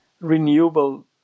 renewable